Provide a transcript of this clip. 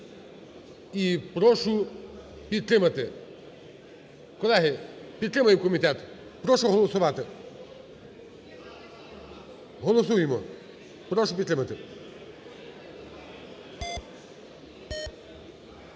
і прошу підтримати. Колеги, підтримаємо комітет. Прошу голосувати. Голосуємо. Прошу підтримати